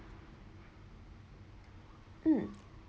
um